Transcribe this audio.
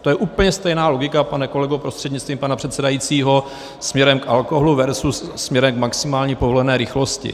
To je úplně stejná logika, pane kolego prostřednictvím pana předsedajícího, směrem k alkoholu versus směrem k maximální povolené rychlosti.